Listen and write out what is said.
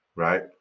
right